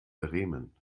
bremen